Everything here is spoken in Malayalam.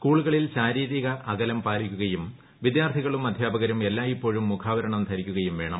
സ്കൂളുകളിൽ ശാരീരിക അകലം പാലിക്കുകയും വിദ്യാർത്ഥികളും അദ്ധ്യാപകരും എല്ലായ്പ്പോഴും മുഖാവരണം ധരിക്കുകയും വേണം